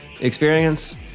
Experience